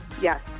Yes